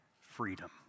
freedom